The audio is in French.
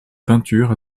peinture